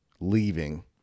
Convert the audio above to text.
leaving